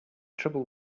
trouble